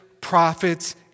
prophets